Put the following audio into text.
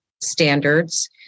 standards